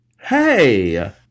Hey